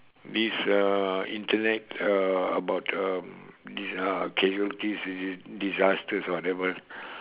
this uh Internet uh about um this uh casualties dis~ dis~ disaster or whatever